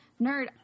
nerd